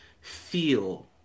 feel